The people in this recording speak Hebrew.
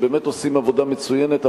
ובאמת עושים עבודה מצוינת,